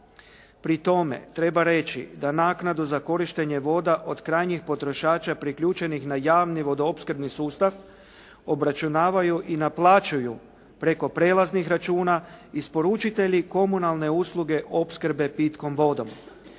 Pri tome treba reći da naknadu za korištenje voda od krajnjih potrošača priključenih na javni vodoopskrbni sustav obračunavaju i naplaćuju preko prijelaznih računa isporučitelji komunalne usluge opskrbe pitkom vodom.